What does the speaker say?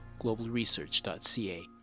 globalresearch.ca